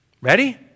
Ready